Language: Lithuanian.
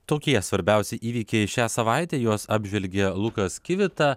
tokie svarbiausi įvykiai šią savaitę juos apžvelgia lukas kivita